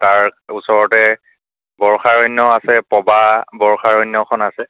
তাৰ ওচৰতে বৰষাৰণ্য় আছে পবা বৰ্ষাৰণ্য়খন আছে